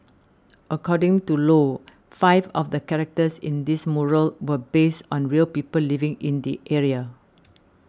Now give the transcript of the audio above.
according to Low five of the characters in this mural were based on real people living in the area